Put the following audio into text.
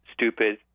stupid